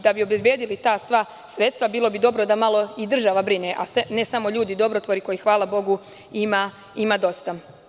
Da bi obezbedili ta sredstva bilo bi dobro da malo i država brine, a ne samo ljudi dobrotvori kojih hvala Bogu, ima dosta.